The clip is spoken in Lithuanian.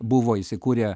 buvo įsikūrę